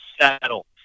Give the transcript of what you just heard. settle